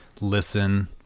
listen